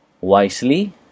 wisely